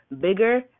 bigger